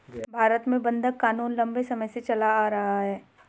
भारत में बंधक क़ानून लम्बे समय से चला आ रहा है